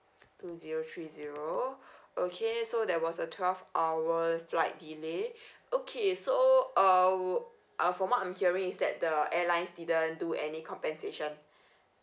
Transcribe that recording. two zero three zero okay so there was a twelve hour flight delay okay so uh uh from what I'm hearing is that the airlines didn't do any compensation